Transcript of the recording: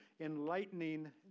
enlightening